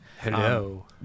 Hello